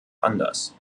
anders